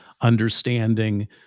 understanding